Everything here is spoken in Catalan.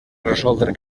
resoldre